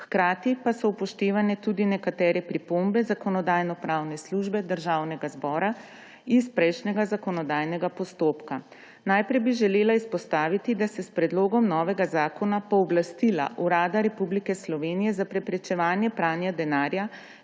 hkrati pa so upoštevane tudi nekatere pripombe Zakonodajno-pravne službe Državnega zbora iz prejšnjega zakonodajnega postopka. Najprej bi želela izpostaviti, da se s predlogom novega zakona pooblastila Urada Republike Slovenije za preprečevanje pranja denarja